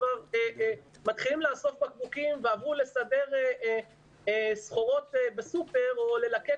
כבר מתחילים לאסוף בקבוקים ועברו לסדר סחורות בסופר או ללקט